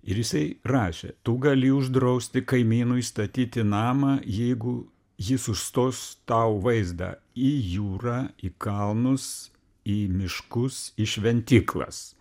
ir jisai rašė tu gali uždrausti kaimynui statyti namą jeigu jis užstos tau vaizdą į jūrą į kalnus į miškus į šventyklas